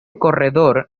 corredor